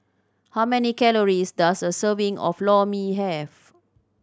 how many calories does a serving of Lor Mee have